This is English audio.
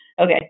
okay